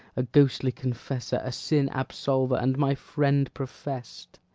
a ghostly confessor, a sin-absolver, and my friend profess'd,